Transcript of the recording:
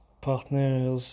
partners